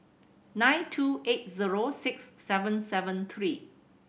nine two eight zero six seven seven three